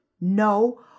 No